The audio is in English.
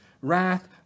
wrath